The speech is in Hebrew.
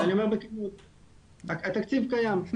שניה.